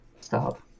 Stop